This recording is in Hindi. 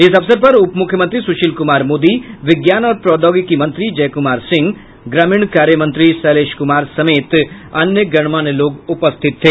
इस अवसर पर उप मुख्यमंत्री सुशील कुमार मोदी विज्ञान और प्रौद्योगिकी मंत्री जय कुमार सिंह ग्रामीण कार्य मंत्री शैलेश कुमार समेत अन्य गणमान्य लोग उपस्थित थे